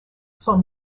son